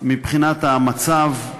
מבחינת המצב,